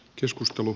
keskustelu